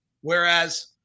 Whereas